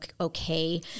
okay